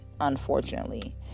unfortunately